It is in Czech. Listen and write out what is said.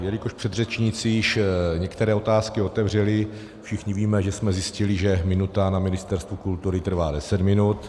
Jelikož předřečníci již některé otázky otevřeli, všichni víme, že jsme zjistili, že minuta na Ministerstvu kultury trvá deset minut.